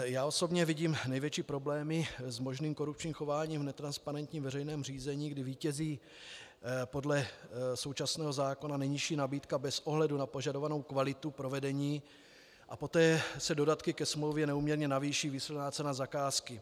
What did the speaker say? Já osobně vidím největší problémy s možným korupčním chováním v netransparentním veřejném řízení, kdy vítězí podle současného zákona nejnižší nabídka bez ohledu na požadovanou kvalitu provedení a poté se dodatky ke smlouvě neúměrně navýší výsledná cena zakázky.